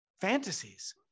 fantasies